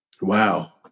Wow